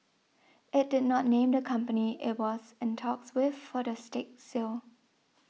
it did not name the company it was in talks with for the stake sale